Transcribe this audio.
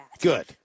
Good